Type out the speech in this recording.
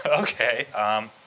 Okay